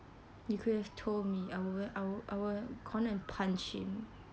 you could have told me I i'll i'll and punch him